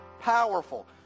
Powerful